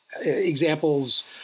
examples